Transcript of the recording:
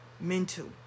Mental